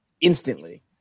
instantly